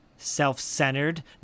Self-centered